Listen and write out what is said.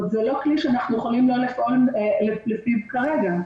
זה לא כלי שאנחנו יכולים לא לפעול לפיו כרגע.